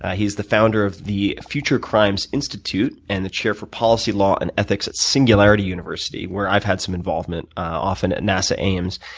ah he's the founder of the future crimes institute and the chair for policy law and ethics at singularity university, where i've had some involvement often at nasa aims.